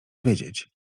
wiedzieć